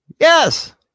Yes